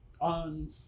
on –